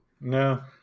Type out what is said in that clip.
no